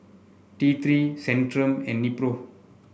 T Three Centrum and Nepro